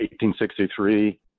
1863